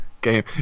game